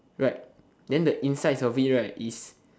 right then the insides of it right is